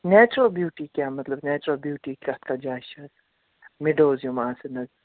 natural beauty کیٛاہ مطلب natural beauty کَتھ کَتھ جایہِ چھِ مِڈوز یِم آسان حظ